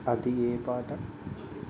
అది ఏ పాట